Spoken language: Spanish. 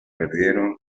perdieron